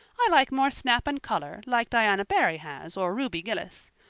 i like more snap and color, like diana barry has or ruby gillis.